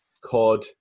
cod